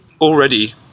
already